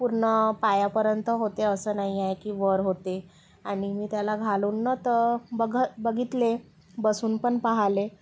पूर्ण पायापर्यंत होते असं नाही आहे की वर होते मी त्याला घालून ना तर बघ बघितले बसून पण पाहिले